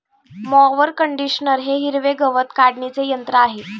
mower conditioner हे हिरवे गवत काढणीचे यंत्र आहे